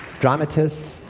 dramatists,